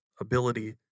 ability